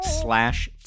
slash